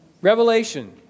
Revelation